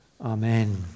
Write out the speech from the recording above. Amen